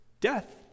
death